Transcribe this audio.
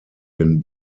den